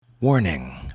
Warning